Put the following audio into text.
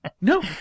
no